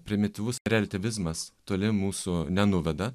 primityvus reliatyvizmas toli mūsų nenuveda